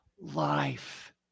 life